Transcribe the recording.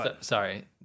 sorry